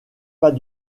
pas